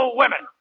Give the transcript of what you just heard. women